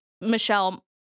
Michelle